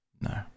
No